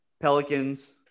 Pelicans